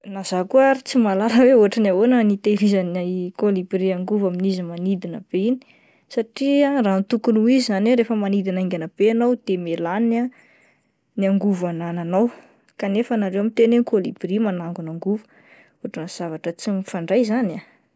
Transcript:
Na zah koa ary tsy mahalala hoe hitehirizan'ny kôlibria angovo amin'izy manidina be iny satria raha ny tokony ho izy ,izany hoe rehefa manidina haingana be ianao de mia lany ah ny angovo anananao kanefa nareo miteny hoe ny kôlibria manangona angovo, ohatran'ny zavatra tsy mifandray zany ah!